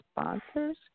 sponsor's